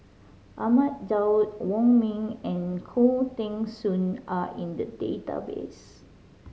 Ahmad Daud Wong Ming and Khoo Teng Soon are in the database